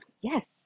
yes